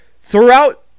Throughout